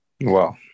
Wow